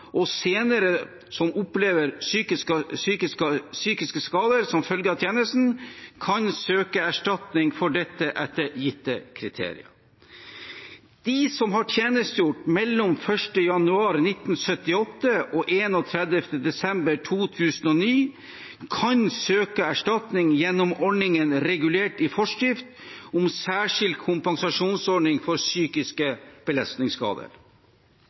og som senere opplever psykiske skader som følge av tjenesten, kan søke erstatning for dette etter gitte kriterier. De som har tjenestegjort mellom 1. januar 1978 og 31. desember 2009, kan søke erstatning gjennom ordningen regulert i forskrift om særskilt kompensasjonsordning for psykiske